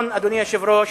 אדוני היושב-ראש,